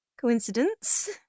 coincidence